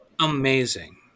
amazing